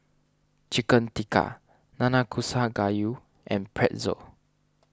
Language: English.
Chicken Tikka Nanakusa Gayu and Pretzel